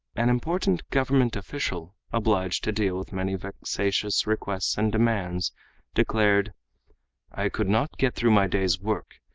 an important government official obliged to deal with many vexatious requests and demands declared i could not get through my day's work,